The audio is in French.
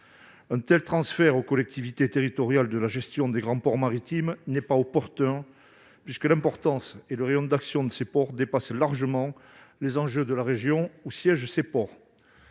Un tel transfert aux collectivités territoriales de la gestion des grands ports maritimes n'est pas opportun puisque l'importance et le rayon d'action de ces ports dépassent largement les enjeux de la région où ils sont